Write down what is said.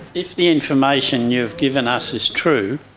if the information you've given us is true,